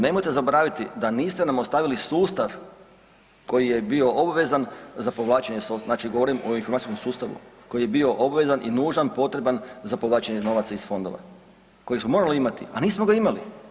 Nemojte zaboraviti da niste nam ostavili sustav koji je bio obvezan za povlačenje .../nerazumljivo/... znači govorim o informacijskom sustavu koji je bio obvezan i nužan, potreban za povlačenje novaca iz fondova koji smo morali imati, a nismo ga imali.